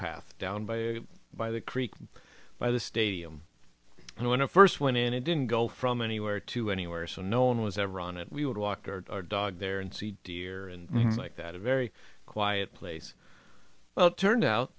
path down by by the creek by the stadium and when it first went in it didn't go from anywhere to anywhere so no one was ever on it we would walk our dog there and see deer and like that a very quiet place well it turned out